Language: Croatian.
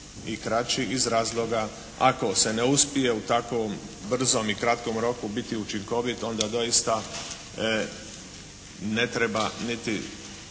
i kraći iz razloga ako se ne uspije u takvom brzom i kratkom roku biti učinkovit onda doista ne treba niti